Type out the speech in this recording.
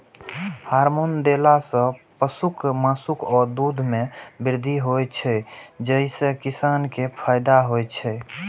hormone देला सं पशुक मासु आ दूध मे वृद्धि होइ छै, जइसे किसान कें फायदा होइ छै